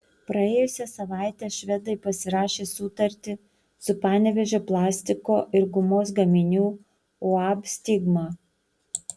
praėjusią savaitę švedai pasirašė sutartį su panevėžio plastiko ir gumos gaminių uab stigma